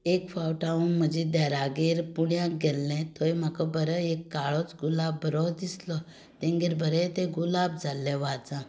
एक फावट हांव म्हजे देरागेर पुण्याक गेल्लें थंय म्हाका बरो एक काळोच गुलाब बरो दिसलो तांगेर बरे ते गुलाब जाल्ले वाझाक